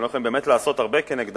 שהם באמת לא יכולים לעשות הרבה כנגדם,